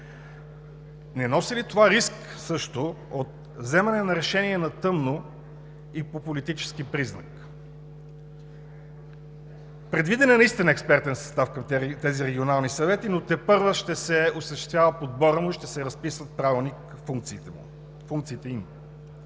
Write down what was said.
Не носи ли това риск също от вземане на решения на тъмно и по политически признак? Предвиден е наистина експертен състав към тези регионални съвети, но тепърва ще се осъществява подборът му и ще се разписват в правилник функциите им.